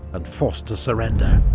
and forced to surrender.